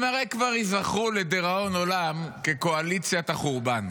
הם הרי כבר ייזכרו לדיראון עולם כקואליציית החורבן,